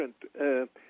different